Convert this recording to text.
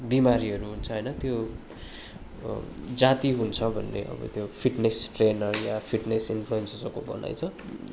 बिमारीहरू हुन्छ होइन त्यो जाती हुन्छ भन्ने अब त्यो फिटनेस ट्रेनरले आ फिटनेस इन्फ्लुएन्सर्सहरूको भनाइ छ